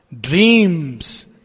dreams